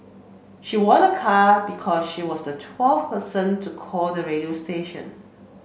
she won a car because she was the twelfth person to call the radio station